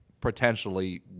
potentially